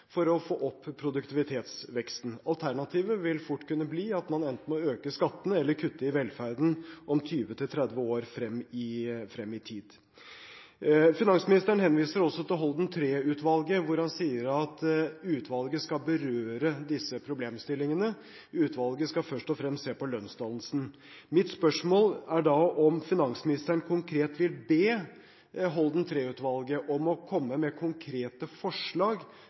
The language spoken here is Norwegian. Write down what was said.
for å få opp produktivitetsveksten. Alternativet vil fort kunne bli at man enten må øke skattene eller kutte i velferden 20–30 år frem i tid. Finansministeren henviser også til Holden III-utvalget og sier at det skal berøre disse problemstillingene, men først og fremst se på lønnsdannelsen. Mitt spørsmål er da om finansministeren vil be Holden III-utvalget om å komme med konkrete forslag